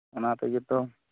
ᱚᱱᱟ ᱛᱮᱜᱮ ᱛᱚ